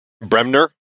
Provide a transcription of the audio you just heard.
Bremner